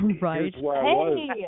Right